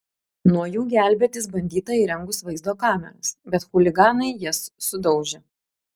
nuo jų gelbėtis bandyta įrengus vaizdo kameras bet chuliganai jas sudaužė